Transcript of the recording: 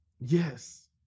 Yes